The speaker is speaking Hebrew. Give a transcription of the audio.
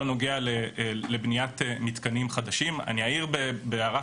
הנוגע לבניית מתקנים חדשים אני אעיר בהערת